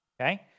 Okay